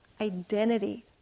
identity